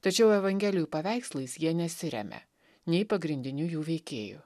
tačiau evangelijų paveikslais jie nesiremia nei pagrindiniu jų veikėju